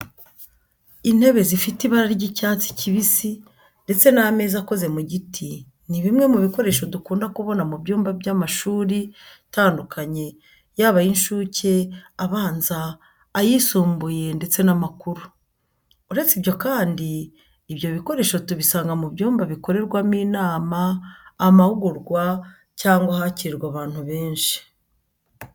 Intebe zifite ibara ry'icyatsi kibisi ndetse n'ameza akoze mu giti ni bimwe mu bikoresho dukunda kubona mu byumba by'amashuri tandukanye yaba ay'incuke, abanza, ayisumbuye ndetse n'amakuru. Uretse ibyo kandi, ibyo bikoresho tubisanga mu byumba bikorerwamo inama, amahugurwa cyangwa ahakiririrwa abantu benshi.